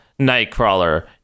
Nightcrawler